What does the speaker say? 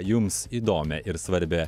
jums įdomią ir svarbią